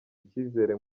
icyizere